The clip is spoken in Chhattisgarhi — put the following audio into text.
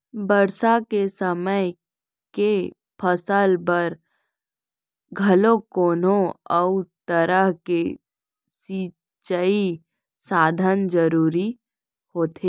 बरसा के समे के फसल बर घलोक कोनो अउ तरह के सिंचई साधन जरूरी होथे